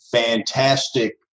fantastic